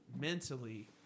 mentally